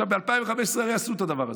עכשיו, ב-2015 עשו את הדבר הזה,